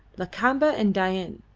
lakamba and dain,